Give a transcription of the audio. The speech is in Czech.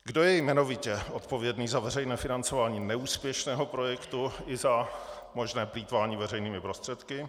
Kdo je jmenovitě odpovědný za veřejné financování neúspěšného projektu i za možná plýtvání veřejnými prostředky?